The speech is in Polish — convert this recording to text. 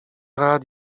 rad